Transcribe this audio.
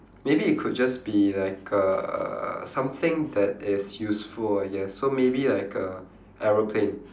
maybe it could just be like uh something that is useful I guess so maybe like a aeroplane